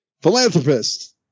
philanthropist